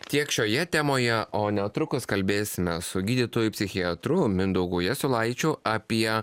tiek šioje temoje o netrukus kalbėsime su gydytoju psichiatru mindaugo jasulaičio apie